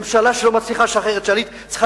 ממשלה שלא מצליחה לשחרר את שליט צריכה